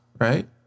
right